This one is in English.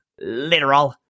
Literal